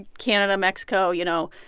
canada, mexico, you know.